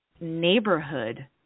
neighborhood